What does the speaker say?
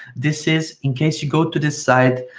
this is in case you go to this site.